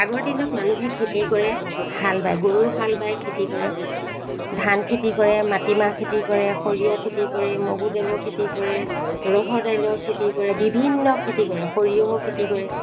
আগৰ দিনত মানুহে খেতি কৰে হাল বায় গৰু হাল বাই খেতি কৰে ধান খেতি কৰে মাটিমাহ খেতি কৰে সৰিয়হ খেতি কৰে মগু দাইলৰ খেতি কৰে ৰহৰ দাইলৰ খেতি কৰে বিভিন্ন খেতি কৰে সৰিয়হৰ খেতি কৰে